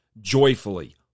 joyfully